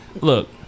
Look